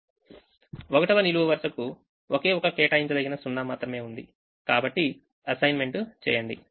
1వ నిలువు వరుసకు ఒకే ఒక కేటాయించ దగిన 0 మాత్రమే ఉంది కాబట్టి అసైన్మెంట్ చేయండి